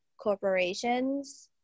corporations